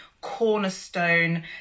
cornerstone